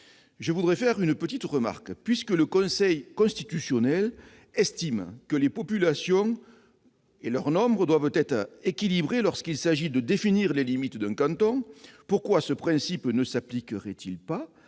Permettez-moi une remarque : puisque le Conseil constitutionnel estime que les populations doivent être numériquement équilibrées lorsqu'il s'agit de définir les limites d'un canton, pourquoi ce principe ne s'appliquerait-il pas à